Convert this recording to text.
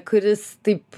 kuris taip